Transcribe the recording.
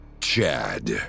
Chad